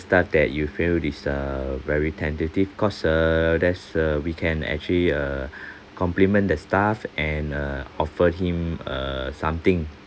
staff that you feel is uh very tentative cause err there's a we can actually uh compliment the staff and uh offer him uh something